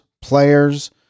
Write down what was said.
players